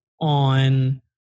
on